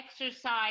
exercise